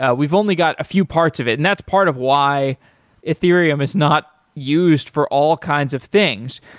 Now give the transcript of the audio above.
ah we've only got a few parts of it, and that's part of why ethereum is not used for all kinds of things.